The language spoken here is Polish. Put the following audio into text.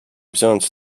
wziąć